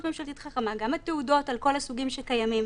ממשלתית חכמה וגם תעודות על כל הסוגים שקיימים.